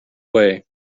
way